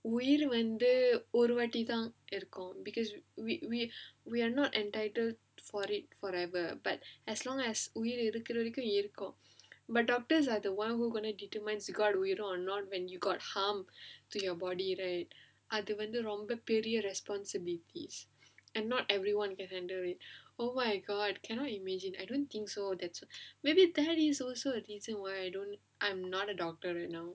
உயிர் வந்து ஒரு வாட்டிதான் இருக்கும்:uyir vandhu oru vaatithaan irukkum because we we we are not entitled for it forever but as long as உயிர் இருக்கற வரைக்கும் இருக்கும்:uyir irukkara varaikkum irukkum but doctors are the one who's going to determine உயிர்:uyir not or not when you got harm to your body right அது வந்து ரொம்ப பெரிய:adhu vandhu romba periya longer bigger responsibilities and not everyone can handle it oh my god cannot imagine I don't think so that's maybe that is also the reason why I don't I am not a doctor you know